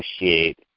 negotiate